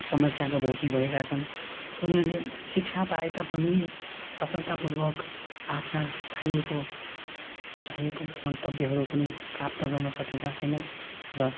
समस्याको भोगी भएका छन् उनीहरूले शिक्षा पाए तापनि सफलतापूर्वक आफ्ना चाहिएको चाहिएको मन्तव्यहरू कुनै प्राप्त गर्नसकेका छैनन् र